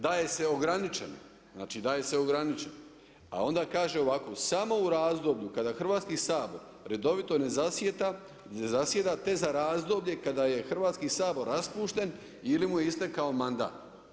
Daje se ograničeno, znači daje se ograničeno, a onda kaže ovako, samo u razdoblju kada Hrvatski sabor redovito ne zasjeda te za razdoblje kada je Hrvatski sabor raspušten ili mu je istekao mandat.